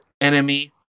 enemy